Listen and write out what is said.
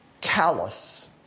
callous